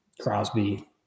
Crosby